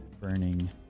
Burning